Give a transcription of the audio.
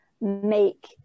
make